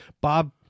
Bob